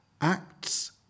Acts